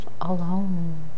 alone